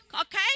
okay